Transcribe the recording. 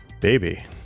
baby